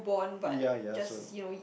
ya ya so